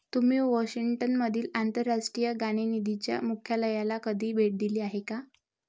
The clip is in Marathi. तुम्ही वॉशिंग्टन मधील आंतरराष्ट्रीय नाणेनिधीच्या मुख्यालयाला कधी भेट दिली आहे का?